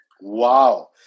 Wow